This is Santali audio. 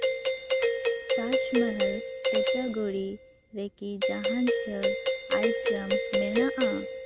ᱛᱟᱡᱽᱢᱚᱦᱚᱞ ᱠᱮᱴᱟᱜᱚᱨᱤ ᱨᱮᱠᱤ ᱡᱟᱦᱟᱱ ᱪᱷᱟᱹᱲ ᱟᱭᱴᱮᱢ ᱢᱮᱱᱟᱜᱼᱟ